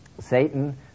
Satan